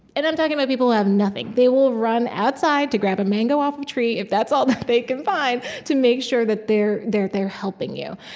and i'm talking about people who have nothing. they will run outside to grab a mango off a tree, if that's all that they can find, to make sure that they're they're helping you.